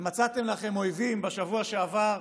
ומצאתם לכם אויבים בשבוע שעבר,